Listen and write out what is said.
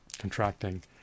contracting